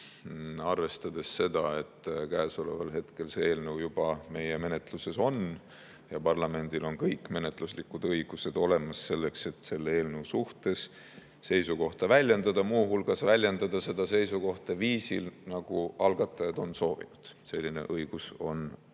arvestades seda, et käesoleval hetkel see eelnõu meie menetluses juba on ja parlamendil on kõik menetluslikud õigused olemas, et selle eelnõu suhtes seisukohta väljendada. Muu hulgas väljendada seda seisukohta viisil, nagu algatajad on soovinud. Selline õigus on olemas.